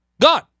Gone